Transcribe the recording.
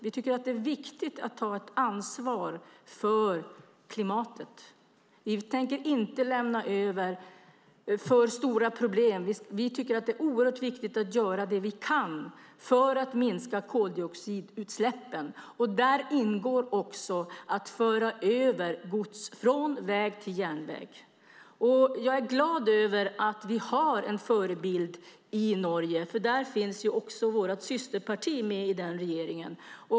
Vi tycker att det är viktigt att ta ansvar för klimatet. Vi tänker inte lämna över för stora problem. Vi tycker att det är oerhört viktigt att göra det vi kan för att minska koldioxidutsläppen, och där ingår också att föra över gods från väg till järnväg. Jag är glad att vi har en förebild i Norge. I deras regering finns också vårt systerparti med.